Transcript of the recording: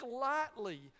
lightly